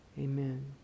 Amen